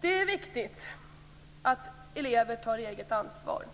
Det är viktigt att elever tar eget ansvar.